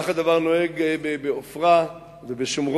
כך הדבר נוהג בעופרה ובשומרון,